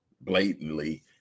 blatantly